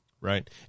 Right